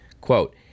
Quote